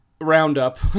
roundup